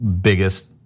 Biggest